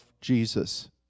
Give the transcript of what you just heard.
Jesus